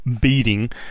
beating